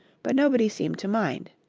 but nobody seemed to mind.